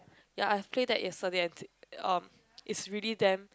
ya I've played that yesterday and is really damn